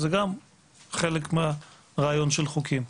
זה גם חלק מהרעיון של חוקים.